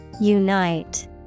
Unite